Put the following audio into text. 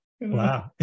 Wow